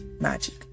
magic